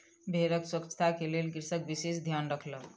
भेड़क स्वच्छता के लेल कृषक विशेष ध्यान रखलक